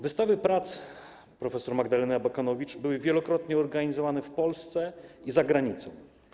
Wystawy prac prof. Magdaleny Abakanowicz były wielokrotnie organizowane w Polsce i za granicą.